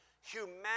humanity